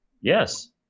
Yes